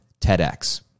TEDx